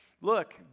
look